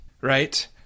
right